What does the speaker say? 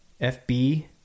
fb